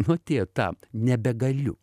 nu tie tab nebegaliu